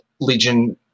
Legion